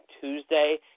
Tuesday